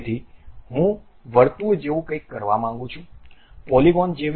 તેથી હું વર્તુળ જેવું કંઈક કરવા માંગુ છું પોલિગન જેવી કંઈક